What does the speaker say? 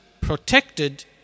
protected